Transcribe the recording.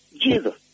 Jesus